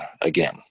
again